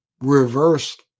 reverse